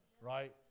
right